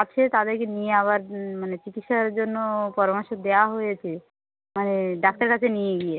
আছে তাদেরকে নিয়ে আবার মানে চিকিৎসার জন্য পরামর্শ দেওয়া হয়েছে মানে ডাক্তারের কাছে নিয়ে গিয়ে